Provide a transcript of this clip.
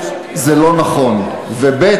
זה לא נכון, ב.